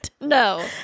No